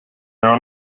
there